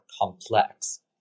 complex